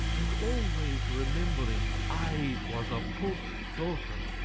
and always remembering i was a pope's daughter.